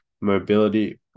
mobility